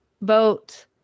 vote